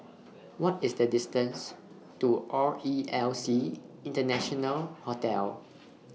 What IS The distance to RELC International Hotel